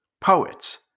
poets